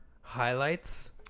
highlights